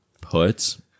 puts